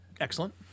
excellent